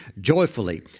joyfully